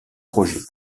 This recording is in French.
projets